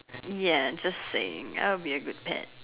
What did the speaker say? ya just saying I would be a good pet